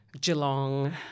Geelong